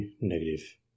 negative